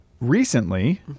recently